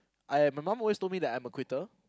I am my mum always told me that I'm a quitter